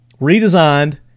redesigned